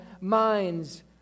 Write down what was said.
minds